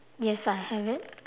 yes I have it